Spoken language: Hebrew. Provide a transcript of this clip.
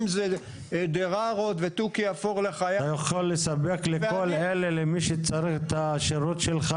אם זה דררות ותוכי אפור --- אתה יכול לספק למי שצריך את השירות שלך,